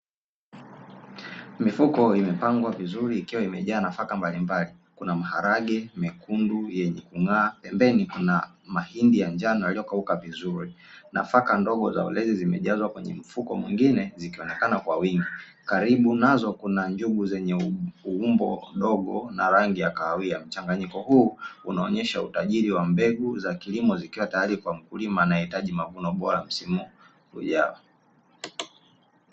Mifuko imepangwa vizuri ikiwa imejaa nafaka mbalimbali kuna maharage mekundu yenye kung'aa pembeni kuna mahindi ya njano yaliyokauka vizuri nafaka ndogo za ulezi, zimejazwa kwenye mfuko mwingine zikionekana kwa wingi karibu nazo kuna njugu zenye umbo ndogo na rangi ya kahawia mchanganyiko, huu unaonyesha utajiri wa mbegu za kilimo zikiwa tayari kwa mkulima anayehitaji mavuno bora msimu hujaao.